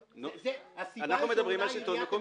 אנחנו מדברים על שלטון מקומי.